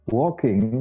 walking